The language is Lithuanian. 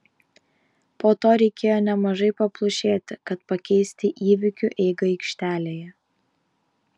po to reikėjo nemažai paplušėti kad pakeisti įvykių eigą aikštelėje